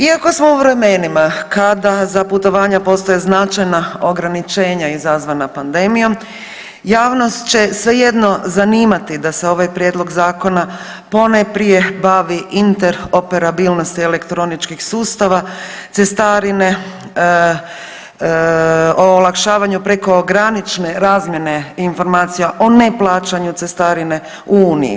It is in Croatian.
Iako smo u vremenima kada za putovanja postoje značajna ograničenja izazvana pandemijom, javnost će svejedno zanimati da se ovaj Prijedlog zakona ponajprije bavi interoperabilnosti elektroničkih sustava, cestarine, olakšavanju prekogranične razmjene informacija o neplaćanju cestarine u Uniji.